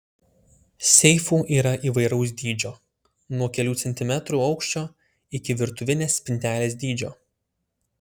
seifų yra įvairaus dydžio nuo kelių centimetrų aukščio iki virtuvinės spintelės dydžio